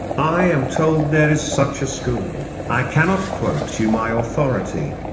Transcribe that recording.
i am told there is such a school i cannot quote you my authority.